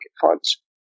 funds